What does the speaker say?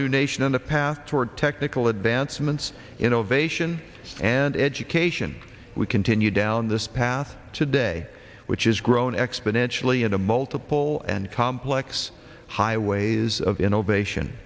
new nation on the path toward technical advancements innovation and education we continue down this path today which is grown exponentially in a multiple and complex highways of innovation